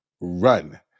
run